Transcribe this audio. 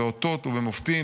באותות ובמופתים,